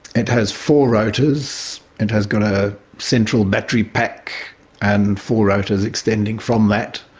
it has four rotors it has got a central battery pack and four rotors extending from that.